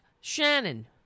Shannon